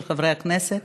התפקיד של חברי הכנסת